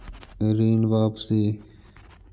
ऋण वापसी?